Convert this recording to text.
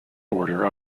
border